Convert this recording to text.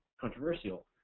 controversial